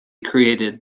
created